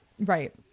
Right